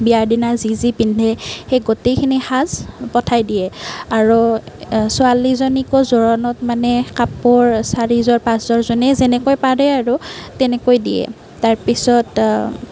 বিয়াৰ দিনা যি যি পিন্ধে সেই গোটেইখিনি সাজ পঠাই দিয়ে আৰু ছোৱালীজনীকো জোৰোণত মানে কাপোৰ চাৰিযোৰ পাঁচযোৰ যোনে যেনেকৈ পাৰে আৰু তেনেকৈ দিয়ে তাৰ পিছত